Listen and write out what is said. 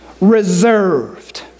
reserved